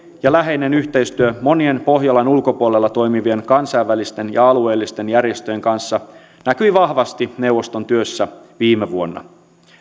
ja läheinen yhteistyö monien pohjolan ulkopuolella toimivien kansainvälisten ja alueellisten järjestöjen kanssa näkyi vahvasti neuvoston työssä viime vuonna